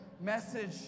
message